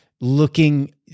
looking